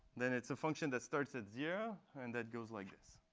then it's a function that starts at zero, and that goes like this.